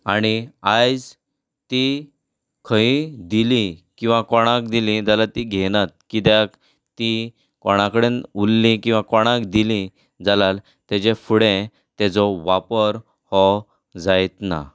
आनी आयज ती खंयीय दिली वा कोणाक दिली जाल्यार ती घेयनात किद्याक ती कोणा कडेन उल्लीं किंवा कोणाक दिलीं जाल्याल ताजे फुडें ताजो वापर हो जायत ना